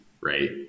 right